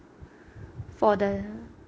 for the